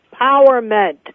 empowerment